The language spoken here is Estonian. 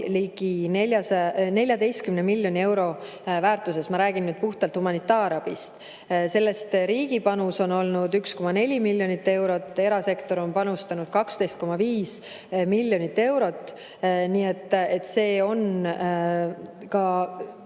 ligi 14 miljoni euro väärtuses. Ma räägin puhtalt humanitaarabist. Sellest riigi panus on olnud 1,4 miljonit eurot, erasektor on panustanud 12,5 miljonit eurot, nii et see on